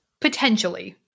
potentially